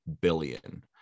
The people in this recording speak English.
billion